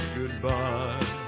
goodbye